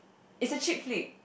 it's a chick flick